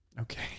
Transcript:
Okay